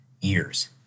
years